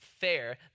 fair